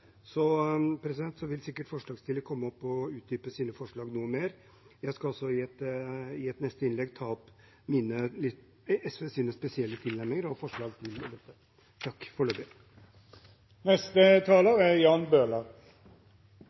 Så vil sikkert forslagsstillerne komme opp og utdype sine forslag noe mer. Jeg skal også i neste innlegg ta opp SVs spesielle tilnærminger og forslag til dette. Takk